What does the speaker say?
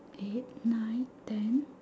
eight nine ten